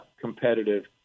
competitive